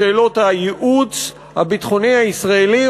בשאלות הייעוץ הביטחוני הישראלי,